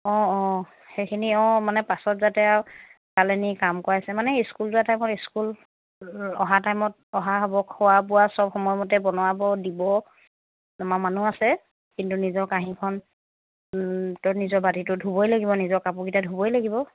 অঁ অঁ সেইখিনি অঁ মানে পাছত যাতে আৰু তালৈ নি কাম কৰাইছে মানে স্কুল যোৱা টাইমত স্কুল অহা টাইমত অহা হ'ব খোৱা বোৱা চব সময়মতে বনাব দিব আমাৰ মানুহ আছে কিন্তু নিজৰ কাঁহীখনতো নিজৰ বাতিটো ধুবই লাগিব নিজৰ কাপোৰকেইটা ধুবই লাগিব